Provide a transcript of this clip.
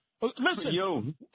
Listen